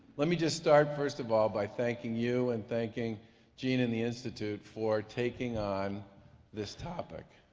let me just start first of all by thanking you and thanking jean and the institute for taking on this topic.